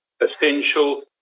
essential